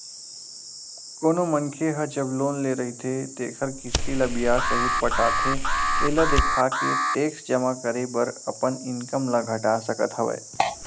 कोनो मनखे ह जब लोन ले रहिथे तेखर किस्ती ल बियाज सहित पटाथे एला देखाके टेक्स जमा करे बर अपन इनकम ल घटा सकत हवय